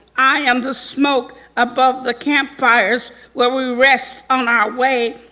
i am the smoke above the campfires where we rest on our way.